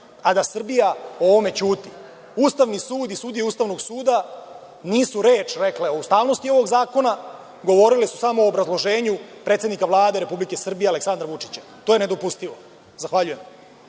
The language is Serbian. a da Srbija o ovome ćuti. Ustavni sud i sudije Ustavnog suda nisu reč rekle o ustavnosti ovog zakona, govorile su samo o obrazloženju predsednika Vlade Republike Srbije, gospodina Aleksandra Vučića. To je nedopustivo. Zahvaljujem.